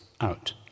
out